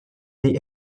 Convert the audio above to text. the